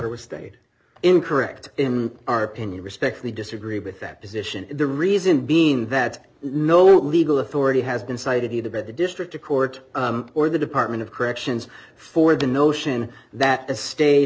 was stayed in correct in our opinion respectfully disagree with that position the reason being that no legal authority has been cited either but the district to court or the department of corrections for the notion that